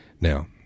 Now